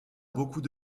beaucoup